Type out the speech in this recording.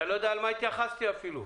אתה לא יודע למה התייחסתי אפילו.